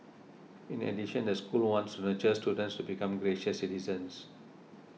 in addition the school wants to just students to become gracious citizens